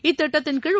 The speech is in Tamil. இத்திட்டத்தின்கீழ்